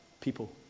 people